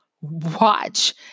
watch